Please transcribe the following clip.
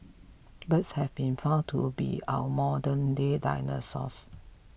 birds have been found to be our modernday dinosaurs